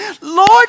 Lord